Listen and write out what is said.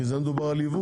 כי זה מדובר על יבוא.